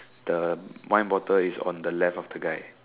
the wine bottle is on the left of the guy